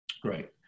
Great